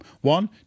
One